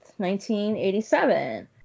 1987